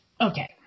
Okay